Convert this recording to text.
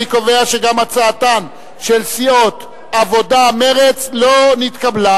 אני קובע שגם הצעתן של סיעות העבודה ומרצ לא נתקבלה.